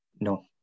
No